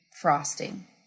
frosting